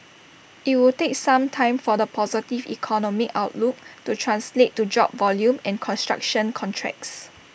IT would take some time for the positive economic outlook to translate to job volume and construction contracts